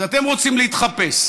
אז אתם רוצים להתחפש,